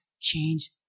change